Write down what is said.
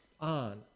on